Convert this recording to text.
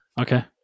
Okay